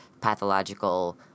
pathological